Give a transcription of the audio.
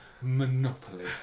monopoly